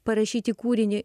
parašyti kūrinį